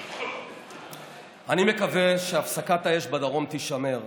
אני מקווה שהפסקת האש בדרום תישמר,